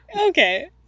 okay